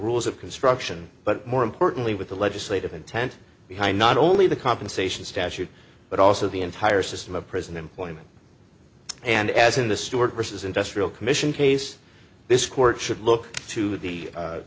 rules of construction but more importantly with the legislative intent behind not only the compensation statute but also the entire system of prison employment and as in the stewart versus industrial commission case this court should look to the